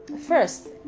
first